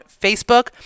facebook